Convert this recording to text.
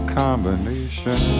combination